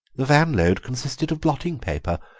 the van-load consisted of blotting-paper,